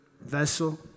vessel